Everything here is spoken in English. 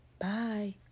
Bye